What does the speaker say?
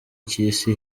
cy’isi